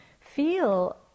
feel